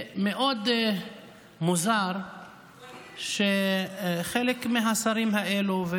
מאוד מוזר שחלק מהשרים האלו,